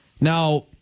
Now